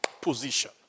position